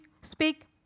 speak